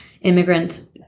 immigrants